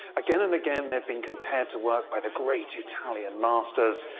again and again, they've been compared to work by the great italian masters,